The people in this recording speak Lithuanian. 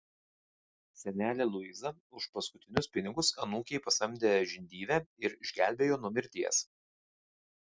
senelė luiza už paskutinius pinigus anūkei pasamdė žindyvę ir išgelbėjo nuo mirties